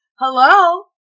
Hello